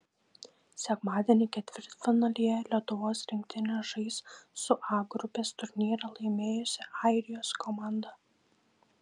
sekmadienį ketvirtfinalyje lietuvos rinktinė žais su a grupės turnyrą laimėjusia airijos komanda